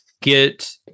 Get